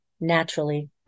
naturally